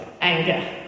anger